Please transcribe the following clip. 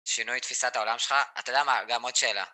שינוי תפיסת העולם שלך? אתה יודע מה? גם עוד שאלה.